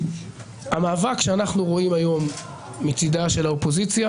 המאבק שאנחנו רואים היום מצידה של האופוזיציה